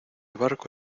barco